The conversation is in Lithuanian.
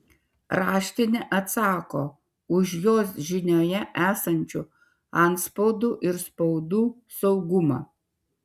raštinė atsako už jos žinioje esančių antspaudų ir spaudų saugumą